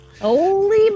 Holy